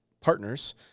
partners